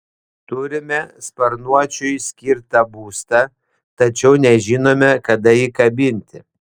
turime sparnuočiui skirtą būstą tačiau nežinome kada jį kabinti